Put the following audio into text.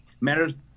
matters